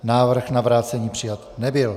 Návrh na vrácení přijat nebyl.